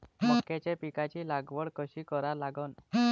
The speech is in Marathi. मक्याच्या पिकाची लागवड कशी करा लागन?